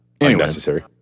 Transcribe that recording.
Unnecessary